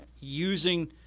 using